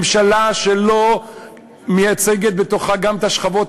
ממשלה שלא מייצגת בתוכה גם את השכבות